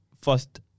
first